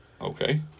Okay